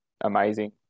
amazing